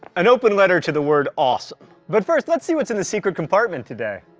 an open letter to the word awesome but first lets see what's in the secret compartment today.